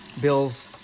Bills